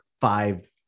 five